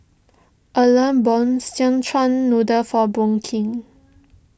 Erle bought Szechuan Noodle for Brooke